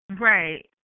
Right